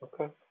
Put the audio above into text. okay